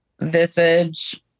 visage